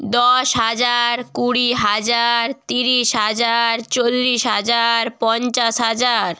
দশ হাজার কুড়ি হাজার তিরিশ হাজার চল্লিশ হাজার পঞ্চাশ হাজার